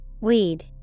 Weed